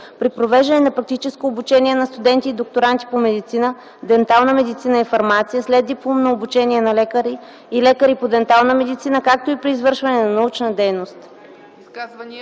при провеждане на практическо обучение на студенти и докторанти по медицина, дентална медицина и фармация, следдипломно обучение на лекари и лекари по дентална медицина, както и при извършване на научна дейност.”